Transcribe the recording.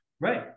Right